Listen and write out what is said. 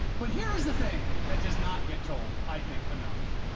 but here is the thing that does not get told, i think, enough,